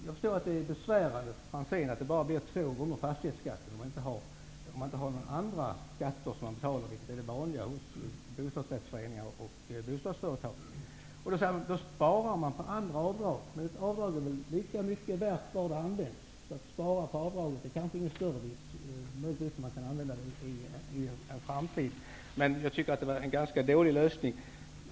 Jag förstår att det är besvärande för Ivar Franzén att det bara blev två gånger fastighetsskatten om man inte har några andra skatter att betala, vilket ju är det vanliga hos bostadsrättsföreningar och bostadsföretag. Han säger att då sparar man på andra avdrag. Men ett avdrag är väl lika mycket värt var det än används. Att spara på avdraget är kanske ingen större vits. Möjligtvis kan man använda det i en framtid, men jag tycker att det var en ganska dålig lösning.